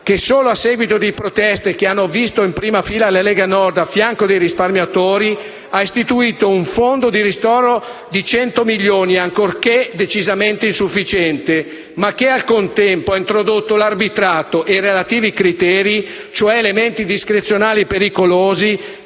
che solo a seguito di proteste che hanno visto in prima fila la Lega Nord a fianco dei risparmiatori ha istituito un fondo di ristoro di 100 milioni, ancorché decisamente insufficiente, ma che al contempo ha introdotto l'arbitrato e relativi criteri, cioè elementi discrezionali pericolosi